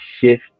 shift